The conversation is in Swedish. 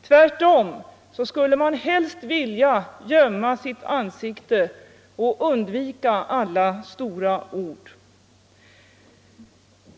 Tvärtom skulle man helst vilja gömma sitt ansikte och undvika alla stora ord.